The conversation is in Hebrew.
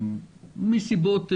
בשל סיבות ביולוגיות.